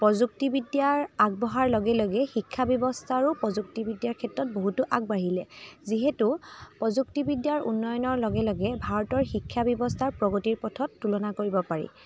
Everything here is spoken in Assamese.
প্ৰযুক্তিবিদ্যাৰ আগবঢ়াৰ লগে লগেই শিক্ষাব্যৱস্থা আৰু প্ৰযুক্তিবিদ্যাৰ ক্ষেত্ৰত বহুতো আগবাঢ়িলে যিহেতু প্ৰযুক্তিবিদ্যাৰ উন্নয়নৰ লগে লগে ভাৰতৰ শিক্ষাব্যৱস্থাৰ প্ৰগতিৰ পথত তুলনা কৰিব পাৰি